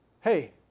Hey